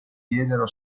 diedero